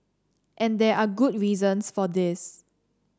and there are good reasons for this